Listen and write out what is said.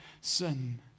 sin